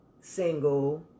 single